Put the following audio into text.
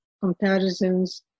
comparisons